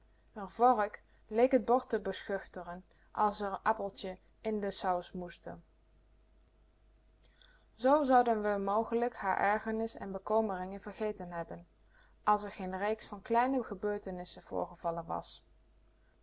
vork leek t bord te beschuchteren als ze r aarpeltjes in de saus moesde zoo zouden we mogelijk haar ergernis en bekommering vergeten heb als r geen reeks van kleine gebeurtenisjes voorgevallen was